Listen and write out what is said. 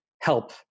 help